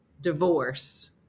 divorce